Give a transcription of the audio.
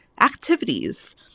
activities